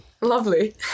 lovely